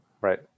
Right